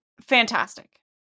Fantastic